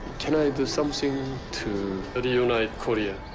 can i do something to reunite korea?